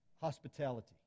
hospitality